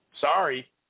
Sorry